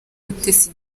mutesi